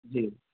जी